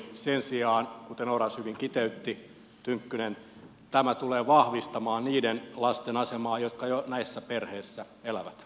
sen sijaan kuten oras tynkkynen hyvin kiteytti tämä tulee vahvistamaan niiden lasten asemaa jotka jo näissä perheissä elävät